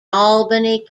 albany